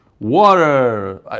water